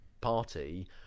party